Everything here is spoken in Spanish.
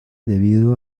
debido